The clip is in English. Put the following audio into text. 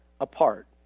apart